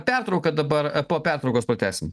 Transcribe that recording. pertrauką dabar po pertraukos pratęsim